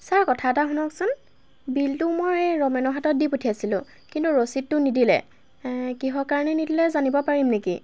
sir কথা এটা শুনকচোন বিলটো মই ৰমেনৰ হাতত দি পঠিয়াইছিলোঁ কিন্তু ৰচিদটো নিদিলে কিহৰ কাৰণে নিদিলে জানিব পাৰিম নেকি